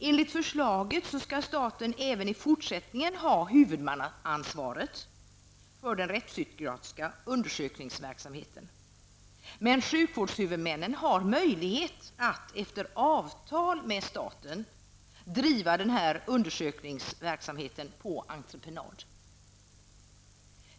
Enligt förslaget skall staten även i fortsättningen ha huvudmannaansvaret för den rättspsykiatriska undersökningsverksamheten. Sjukvårdshuvudmännen har dock möjlighet att efter avtal med staten driva undersökningsverksamheten på entreprenad.